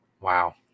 Wow